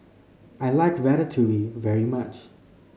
I like Ratatouille very much